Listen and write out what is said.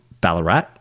Ballarat